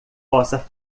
possa